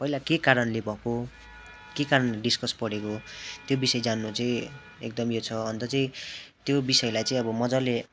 पहिला के कारणले भएको हो के कारणले डिस्कस परेको त्यो बिषय जान्नु चाहिँ एकदम यो छ अन्त चाहिँ त्यो बिषयलाई चाहिँ अब मजाले